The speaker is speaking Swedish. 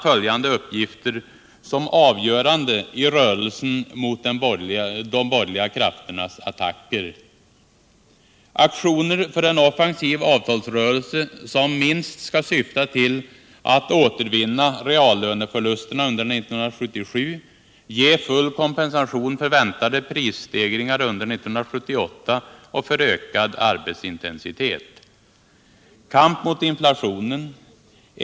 följande uppgifter som avgörande i rörelsen mot de borgerliga krafternas attacker: Aktioner för en offensiv avtalsrörelse som minst skall syfta till att återvinna reallöneförlusterna under 1977, ge full kompensation för väntade prisstegringar under 1978 och för ökad arbetsintensitet. Kamp mot inflationen.